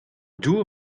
dour